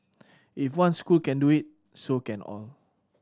if one school can do it so can all